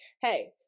Hey